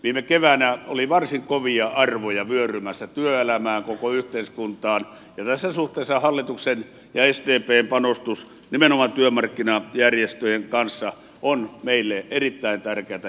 viime keväänä oli varsin kovia arvoja vyörymässä työelämään koko yhteiskuntaan ja tässä suhteessa hallituksen ja sdpn panostus nimenomaan työmarkkinajärjestöjen kanssa on meille erittäin tärkeätä jatkon kannalta